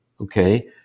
Okay